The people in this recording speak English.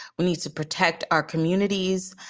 we need to protect our communities.